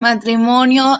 matrimonio